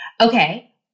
Okay